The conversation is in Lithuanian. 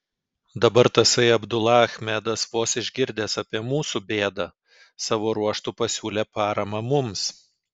dabar tasai abdula achmedas vos išgirdęs apie mūsų bėdą savo ruožtu pasiūlė paramą mums